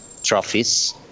trophies